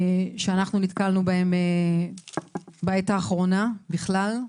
שאנחנו נתקלנו בהם בעת האחרונה בכלל.